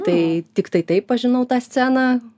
tai tiktai taip aš žinau tą sceną